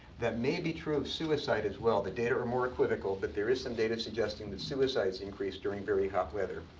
that may be true of suicide as well. the data are more equivocal, but there is some data suggesting that suicides increase during very hot weather.